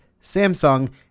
Samsung